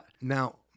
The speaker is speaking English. Now